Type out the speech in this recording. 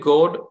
God